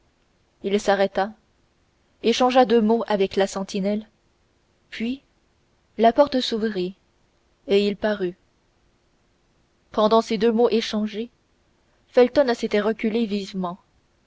il s'arrêta échangea deux mots avec la sentinelle puis la porte s'ouvrit et il parut pendant ces deux mots échangés felton s'était reculé vivement